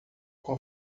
com